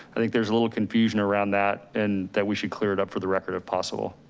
i think there's a little confusion around that and that we should clear it up for the record of possible.